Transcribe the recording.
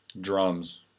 drums